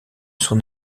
son